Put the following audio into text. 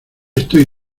estoy